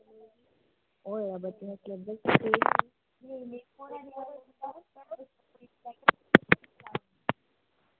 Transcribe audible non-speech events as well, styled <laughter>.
होएआ बच्चें दा सलेबस <unintelligible>